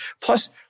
Plus